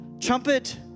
trumpet